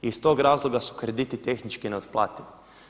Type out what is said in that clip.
I iz tog razloga su krediti tehnički neotplativi.